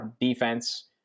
defense